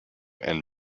and